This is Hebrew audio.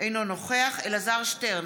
אינו נוכח אלעזר שטרן,